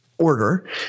order